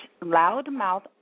Loudmouth